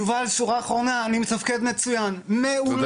יובל, שורה תחתונה, אני מתפקד מצוין, מעולה.